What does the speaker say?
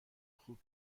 خوب